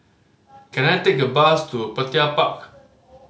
can I take a bus to Petir Park